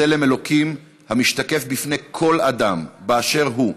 צלם אלוקים, המשתקף בפני כל אדם באשר הוא,